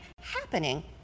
happening